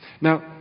Now